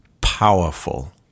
powerful